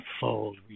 fold